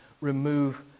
remove